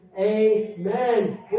amen